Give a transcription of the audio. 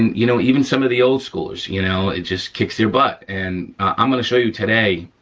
and you know, even some of the old schoolers, you know, it just kicks their butt and i'm gonna show you today,